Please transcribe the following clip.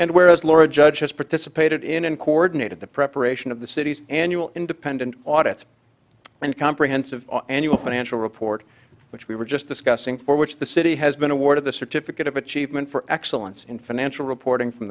and whereas laura judge has participated in and coordinated the preparation of the city's annual independent audit and comprehensive annual financial report which we were just discussing for which the city has been awarded the certificate of achievement for excellence in financial reporting from